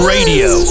Radio